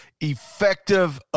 effective